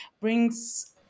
brings